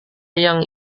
yang